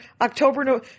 October